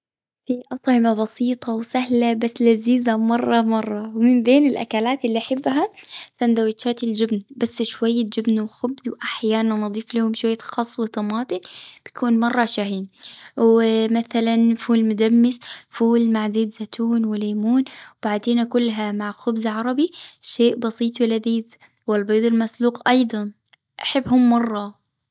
في أطعمة بسيطة وسهلة، بس لذيذه مرة- مرة. ومن بين الأكلات اللي أحبها، سندوتشات الجبن. بس شوية جبن وخبز، وأحيانًا نضيف لهم شوية خصّ وطماطم. بيكون مرة شاهين. و مثلًا فول مدمس، فول مع زيت زيتون وليمون، وبعدين أكلها مع خبز عربي. شيء بسيط ولذيذ. والبيض المسلوق أيضا، أحبهم مرة.